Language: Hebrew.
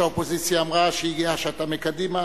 ראש האופוזיציה אמרה שהיא גאה שאתה מקדימה,